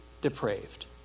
depraved